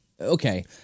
Okay